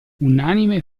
unanime